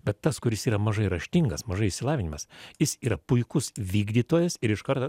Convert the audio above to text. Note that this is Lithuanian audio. bet tas kuris yra mažai raštingas mažai išsilavinimas jis yra puikus vykdytojas ir iš karto